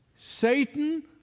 Satan